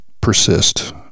persist